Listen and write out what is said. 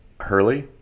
Hurley